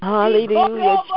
Hallelujah